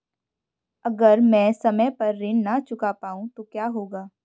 अगर म ैं समय पर ऋण न चुका पाउँ तो क्या होगा?